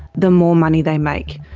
the more money they make.